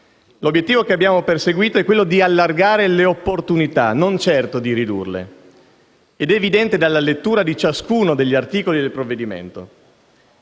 L'obiettivo che abbiamo perseguito è quello di allargare le opportunità, non certo di ridurle. Ed è evidente dalla lettura di ciascuno degli articoli del provvedimento.